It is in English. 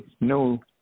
no